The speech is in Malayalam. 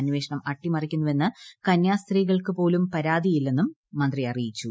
അന്വേഷണം അട്ടിമറിക്കുന്നുവെന്ന് കന്യാസ്ത്രീകൾക്കു പോലും പരാതിയില്ലെന്നും മന്ത്രി അറിയിച്ചു